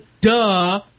Duh